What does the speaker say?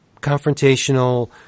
confrontational